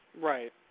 Right